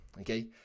okay